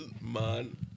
man